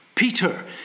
Peter